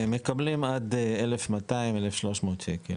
מקבלים עד 1,200, 1,300 שקל.